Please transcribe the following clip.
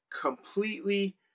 completely